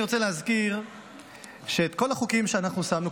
אני רוצה להזכיר שכמעט כל החוקים שאנחנו שמנו,